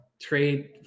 Trade